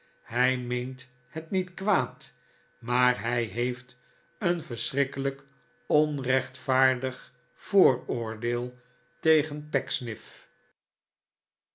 hij meent het niet kwaad maar hij heeft een verschrikkelijk onrechtvaardig vooroordeel tegen